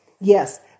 Yes